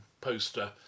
poster